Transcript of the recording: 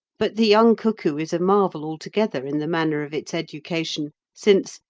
but the young cuckoo is a marvel altogether in the manner of its education, since,